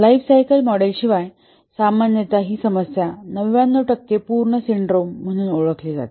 lifecycle मॉडेलशिवाय सामान्यत ही समस्या 99 टक्के पूर्ण सिंड्रोम म्हणून ओळखले जाते